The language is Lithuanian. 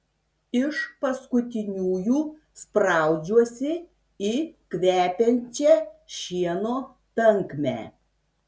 iš paskutiniųjų spraudžiuosi į kvepiančią šieno tankmę